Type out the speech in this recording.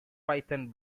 python